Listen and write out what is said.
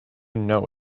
know